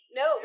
no